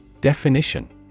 definition